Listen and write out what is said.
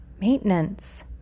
Maintenance